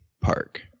park